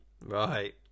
right